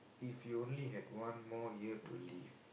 if you only had one more year to live